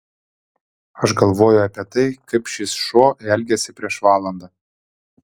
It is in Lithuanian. aš galvoju apie tai kaip šis šuo elgėsi prieš valandą